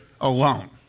alone